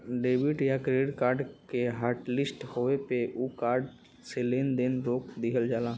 debit या credit card के hotlist होये पे उ कार्ड से लेन देन रोक दिहल जाला